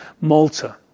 Malta